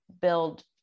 build